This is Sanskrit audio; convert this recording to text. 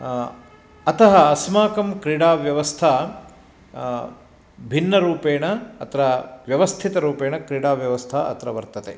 अतः अस्माकं क्रीडाव्यवस्था भिन्नरूपेण अत्र व्यवस्थितरूपेण क्रडाव्यवस्था अत्र वर्तते